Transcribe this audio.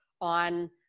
on